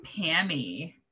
Pammy